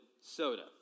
soda